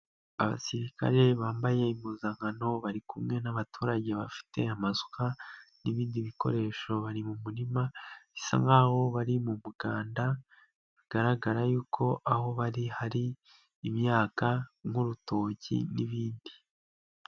Abasirikare bambaye impuzankano bari kumwe n'abaturage bafite amasuka n'ibindi bikoresho bari mu murima, bisa nkaho bari mu muganda bigaragara yuko aho bari hari imyaka nk'urutoki n'ibindi.